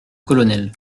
colonel